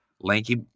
Lanky